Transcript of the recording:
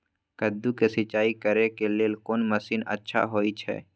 कद्दू के सिंचाई करे के लेल कोन मसीन अच्छा होय छै?